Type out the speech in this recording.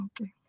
Okay